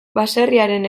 baserriaren